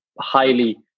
highly